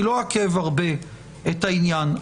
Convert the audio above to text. אני לא אעכב הרבה את העניין,